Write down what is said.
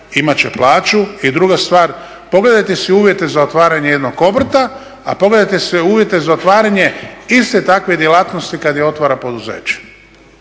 imat će plaću i druga stvar, pogledajte si uvjete za otvaranje jednog obrta, a pogledajte si uvjete za otvaranje iste takve djelatnosti kad je otvara poduzeće.